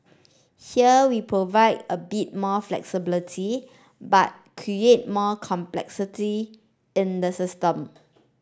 here we provide a bit more flexibility but create more complexity in the system